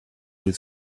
his